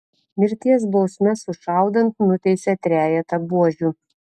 mirties bausme sušaudant nuteisė trejetą buožių